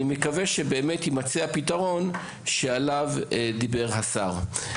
אני מקווה שבאמת יימצא הפתרון שעליו דיבר השר.